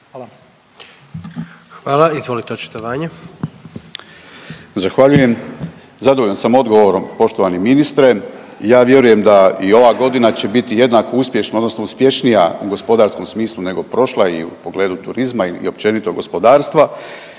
**Begonja, Josip (HDZ)** Zahvaljujem. Zadovoljan sam odgovorom poštovani ministre. Ja vjerujem da i ova godina će biti jednako uspješna, odnosno uspješnija u gospodarskom smislu nego prošla i u pogledu turizma i općenito gospodarstva.